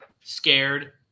Scared